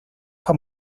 para